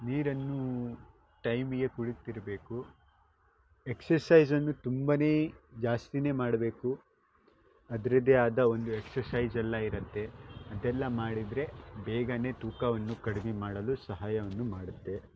ನೀರನ್ನು ಟೈಮಿಗೆ ಕುಡೀತಿರ್ಬೇಕು ಎಕ್ಸರ್ಸೈಝನ್ನು ತುಂಬ ಜಾಸ್ತಿನೇ ಮಾಡಬೇಕು ಅದರದ್ದೇ ಆದ ಒಂದು ಎಕ್ಸರ್ಸೈಝೆಲ್ಲ ಇರುತ್ತೆ ಅದೆಲ್ಲ ಮಾಡಿದರೆ ಬೇಗ ತೂಕವನ್ನು ಕಡಿಮೆ ಮಾಡಲು ಸಹಾಯವನ್ನು ಮಾಡುತ್ತೆ